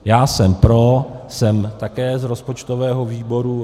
Já jsem pro, jsem také z rozpočtového výboru.